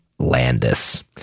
Landis